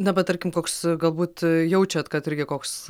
dabar tarkim koks galbūt jaučiat kad irgi koks